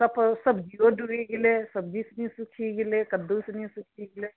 सब सब्जीओ डूबी गेलै सब्जी सब सुखी गेलै कद्दू सब सुखी गेलै